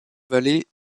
vallée